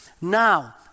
Now